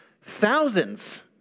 thousands